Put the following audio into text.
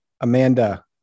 Amanda